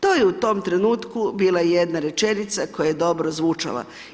To je u tom trenutku bila jedna rečenica koja je dobro zvučala.